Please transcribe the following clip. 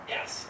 Yes